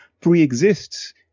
pre-exists